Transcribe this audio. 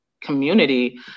community